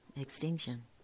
extinction